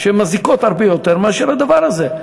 והן מזיקות הרבה יותר מהדבר הזה,